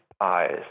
eyes